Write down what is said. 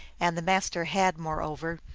and the master had, moreover,